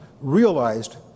realized